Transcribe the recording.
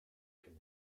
can